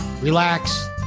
relax